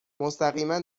مستقیما